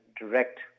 direct